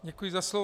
Děkuji za slovo.